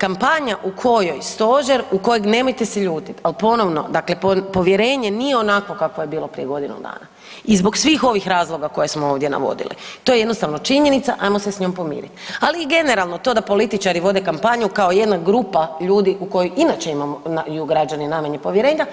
Kampanja u kojoj Stožer, u kojeg nemojte se ljutiti, ali ponovno dakle povjerenje nije onakvo kakvo je bilo prije godinu dana i zbog svih ovih razloga koje smo ovdje navodili, to je jednostavno činjenica, ajmo se s njom pomiriti, ali i generalno to da političari vode kampanju kao jedna grupa ljudi koji inače imamo ili građani najmanje povjerenja